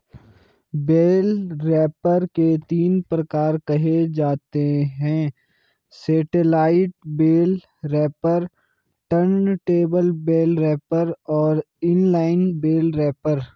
bell wrapper के तीन प्रकार कहे जाते हैं satellite bale wrapper, turntable bale wrapper और इन लाइन बेल रैपर